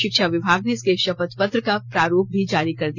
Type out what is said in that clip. शिक्षा विभाग ने इसके शपथ पत्र का प्रांरूप भी जारी कर दिया